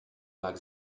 vlak